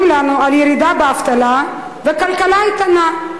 לנו על ירידה באבטלה וכלכלה איתנה.